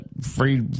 free